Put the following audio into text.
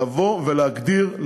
לבוא ולהגדיר,